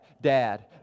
dad